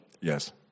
Yes